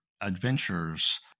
adventures